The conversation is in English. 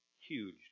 huge